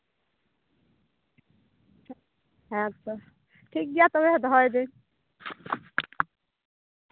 ᱟᱪᱪᱷᱟ ᱦᱮᱸᱛᱚ ᱴᱷᱤᱠᱜᱮᱭᱟ ᱛᱚᱵᱮ ᱫᱚᱦᱚᱭᱫᱟᱹᱧ